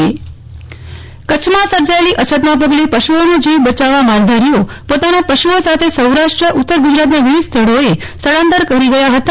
નેફ્લ ઠક્કર માલધારીઓ વતન પરત કચ્છમાં સર્જાયેલી અછતના પગલે પશુઓનો જીવ બચાવવા માલધારીઓ પોતાના પશુઓ સાથે સૌરાષ્ટ્ર ઉત્તર ગુજરાતના વિવિધ સ્થળોએ સ્થળાંતર કરી ગયા ફતા